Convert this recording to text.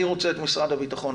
אני רוצה את משרד הביטחון,